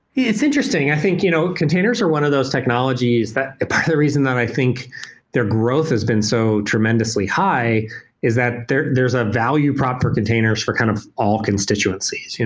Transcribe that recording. it's interesting. i think you know containers are one of those technologies that part of the reason that i think their growth has been so tremendously high is that there's a value prop for containers for kind of all constituencies.